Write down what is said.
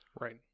right